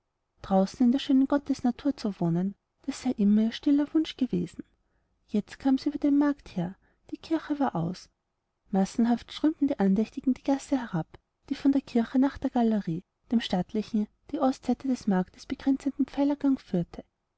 draußen in der schönen gottesnatur zu wohnen das sei immer ihr stiller wunsch gewesen jetzt kam sie über den markt her die kirche war aus massenhaft strömten die andächtigen die gasse herab die von der kirche nach der galerie dem stattlichen die ostseite des marktes begrenzenden pfeilergang führte